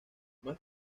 más